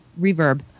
reverb